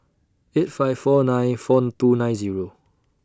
eight five four nine four two nine Zero